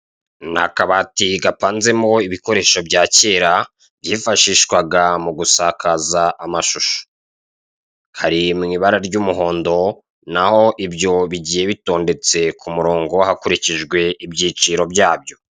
Ni akabati gapanzemo ibikoresho bya kera, byifashishwaga mu gusakaza amashusho. Kari mu ibara ry'umuhondo, naho ibyo bigiye bitondetse ku murongo hakurikijwe ibyiciro byabyo.